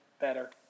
better